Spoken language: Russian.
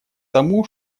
тому